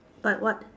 but what